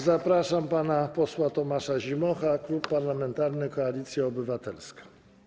Zapraszam pana posła Tomasza Zimocha, Klub Parlamentarny Koalicja Obywatelska.